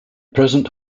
present